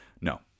No